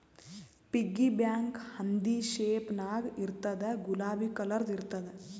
piggy bank ಹಂದಿ shape ನಾಗ್ ಇರ್ತುದ್ ಗುಲಾಬಿ ಕಲರ್ದು ಇರ್ತುದ್